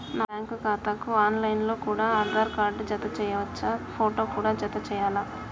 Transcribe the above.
నా బ్యాంకు ఖాతాకు online లో కూడా ఆధార్ కార్డు జత చేయవచ్చా ఫోటో కూడా జత చేయాలా?